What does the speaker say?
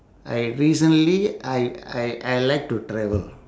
I recently I I I like to travel